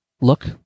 look